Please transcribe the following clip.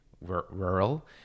rural